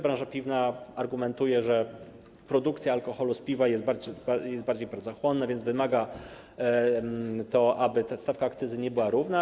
Branża piwna argumentuje, że produkcja tego alkoholu, piwa, jest bardziej pracochłonna, więc wymaga to, aby stawka akcyzy nie była równa.